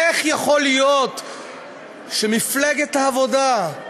איך יכול להיות שמפלגת העבודה,